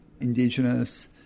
Indigenous